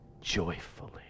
joyfully